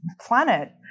planet